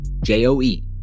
J-O-E